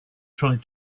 tried